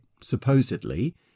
supposedly